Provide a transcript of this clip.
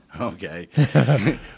Okay